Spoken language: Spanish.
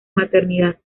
maternidad